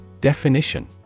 Definition